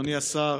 אדוני השר,